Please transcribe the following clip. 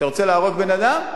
אתה רוצה להרוג בן-אדם,